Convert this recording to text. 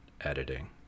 editing